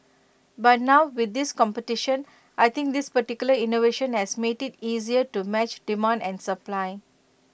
but now with this competition I think this particular innovation has made IT easier to match demand and supply